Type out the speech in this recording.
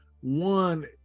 one